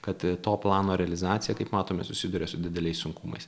kad to plano realizacija kaip matome susiduria su dideliais sunkumais